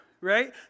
right